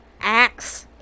Axe